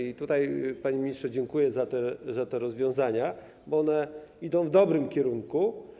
I tutaj, panie ministrze, dziękuję za te rozwiązania, bo one idą w dobrym kierunku.